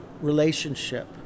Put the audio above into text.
relationship